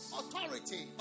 authority